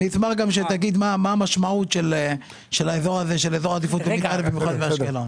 אני אשמח שתגיד גם מה המשמעות של אזור עדיפות לאומית א' במיוחד באשקלון.